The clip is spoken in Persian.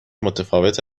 متفاوت